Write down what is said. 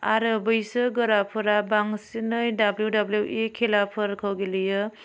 आरो बैसो गोराफोरा बांसिनै डाब्लिउ डाब्लिउ इ खेलाफोरखौ गेलेयो